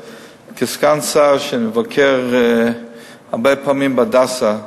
כסגן שר שמבקר הרבה פעמים ב"הדסה"